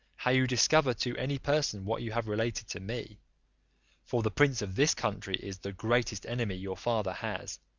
how you discover to any person what you have related to me for the prince of this country is the greatest enemy your father has,